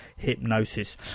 hypnosis